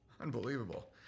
Unbelievable